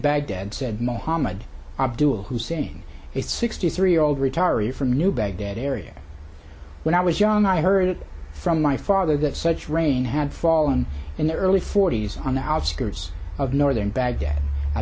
baghdad said mohammad abdul hussain is sixty three year old retiree from new baghdad area when i was young i heard it from my father that such rain had fallen in the early forties on the outskirts of northern baghdad i